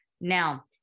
Now